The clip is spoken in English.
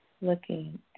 looking